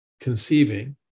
conceiving